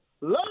love